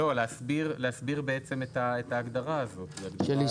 לא, להסביר בעצם את ההגדרה הזו, של שליטה.